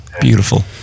Beautiful